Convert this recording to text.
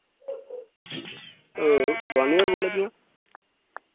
बानी होर बोल्ला दि'यां